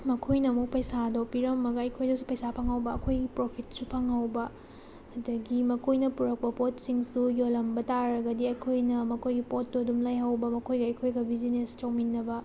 ꯃꯈꯣꯏꯅ ꯑꯃꯨꯛ ꯄꯩꯁꯥꯗꯣ ꯄꯤꯔꯝꯃꯒ ꯑꯩꯈꯣꯏꯗꯁꯨ ꯄꯩꯁꯥ ꯐꯪꯍꯧꯕ ꯑꯩꯈꯣꯏ ꯄ꯭ꯔꯣꯐꯤꯠꯁꯨ ꯐꯪꯍꯧꯕ ꯑꯗꯒꯤ ꯃꯈꯣꯏꯅ ꯄꯨꯔꯛꯄ ꯄꯣꯠꯁꯤꯡꯁꯨ ꯌꯣꯟꯂꯝꯕ ꯇꯥꯔꯒꯗꯤ ꯑꯩꯈꯣꯏꯅ ꯃꯈꯣꯏꯒꯤ ꯄꯣꯠꯇꯨ ꯑꯗꯨꯝ ꯂꯩꯍꯧꯕ ꯃꯈꯣꯏꯒ ꯑꯩꯈꯣꯏꯒ ꯕꯤꯖꯤꯅꯦꯁ ꯇꯧꯃꯤꯟꯅꯕ